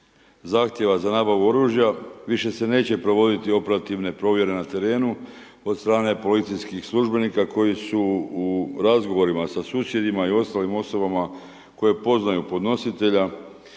zahtjeva za nabavu oružja više se neće provoditi operativne provjere na terenu od strane policijskih službenika koji su u razgovorima sa susjedima i ostalim osobama koje poznaju podnositelja